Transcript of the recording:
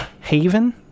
Haven